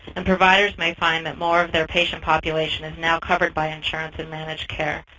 and providers may find that more of their patient population is now covered by insurance and managed care.